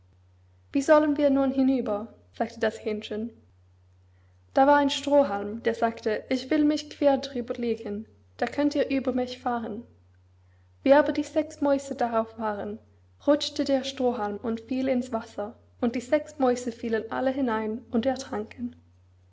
wie sollen wir nun hinüber sagte das hähnchen da war ein strohhalm der sagte ich will mich queer drüber legen da könnt ihr über mich fahren wie aber die sechs mäuse darauf waren rutschte der strohhalm und fiel ins wasser und die sechs mäuse fielen alle hinein und ertranken